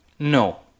No